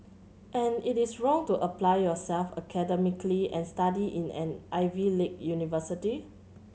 and it is wrong to apply yourself academically and study in an Ivy league university